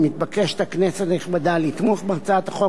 מתבקשת הכנסת הנכבדה לתמוך בהצעת החוק